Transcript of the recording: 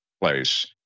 place